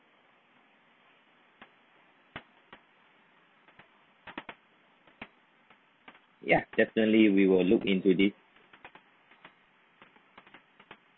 ya definitely we will look into this